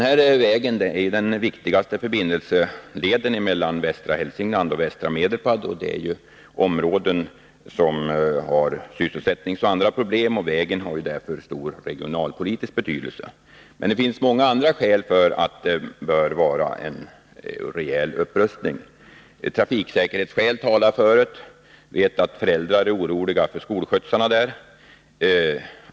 Väg 83 är den viktigaste förbindelseleden mellan västra Hälsingland och västra Medelpad. Det är områden som har sysselsättningsproblem och även andra problem. Vägen har därför en stor regionalpolitisk betydelse. Men det finns många skäl för att en rejäl upprustning bör komma till stånd. Trafiksäkerhetsskäl talar för detta. Vi vet att föräldrar är oroliga för skolskjutsarna där.